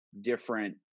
different